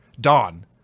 Dawn